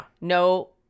no